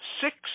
six